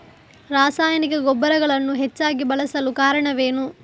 ರಾಸಾಯನಿಕ ಗೊಬ್ಬರಗಳನ್ನು ಹೆಚ್ಚಾಗಿ ಬಳಸಲು ಕಾರಣವೇನು?